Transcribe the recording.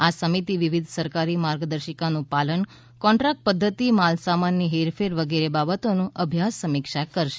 આ સમિતિ વિવિધ સરકારી માર્ગદર્શિકાનું પાલન કોન્ટ્રાક્ટ પદ્ધતિ માલસામાનની હેરફેર વગેરે બાબતોનું અભ્યાસ સમીક્ષા કરશે